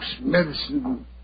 medicine